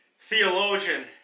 theologian